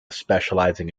specializing